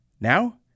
Now